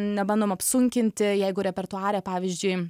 nebandom apsunkinti jeigu repertuare pavyzdžiui